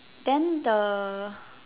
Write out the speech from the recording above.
than the